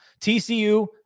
TCU